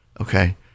Okay